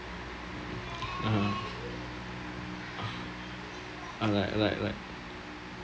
(uh huh) ah like like like